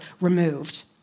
removed